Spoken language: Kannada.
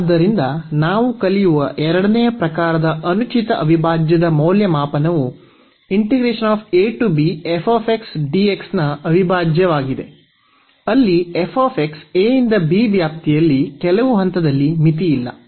ಆದ್ದರಿಂದ ನಾವು ಕಲಿಯುವ ಎರಡನೆಯ ಪ್ರಕಾರದ ಅನುಚಿತ ಅವಿಭಾಜ್ಯದ ಮೌಲ್ಯಮಾಪನವು ನ ಅವಿಭಾಜ್ಯವಾಗಿದೆ ಅಲ್ಲಿ f a ಇಂದ b ವ್ಯಾಪ್ತಿಯಲ್ಲಿ ಕೆಲವು ಹಂತದಲ್ಲಿ ಮಿತಿಯಿಲ್ಲ